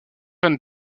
van